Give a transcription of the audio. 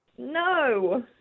No